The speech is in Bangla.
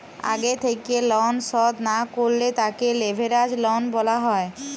আগে থেক্যে লন শধ না করলে তাকে লেভেরাজ লন বলা হ্যয়